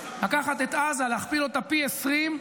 לקחת את עזה, להכפיל אותה פי 20,